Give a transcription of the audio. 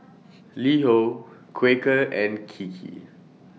LiHo Quaker and Kiki